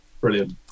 Brilliant